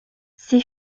ses